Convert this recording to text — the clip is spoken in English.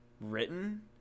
written